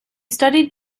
studied